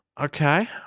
Okay